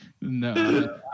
No